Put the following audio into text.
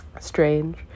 strange